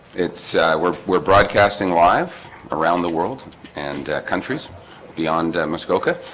it's we're we're broadcasting live around the world and countries beyond muskoka,